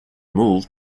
moved